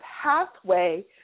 pathway